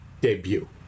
Debut